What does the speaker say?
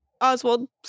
Oswald